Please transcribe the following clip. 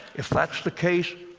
if that's the case,